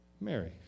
Mary